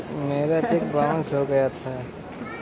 मेरा check bounce हो गया था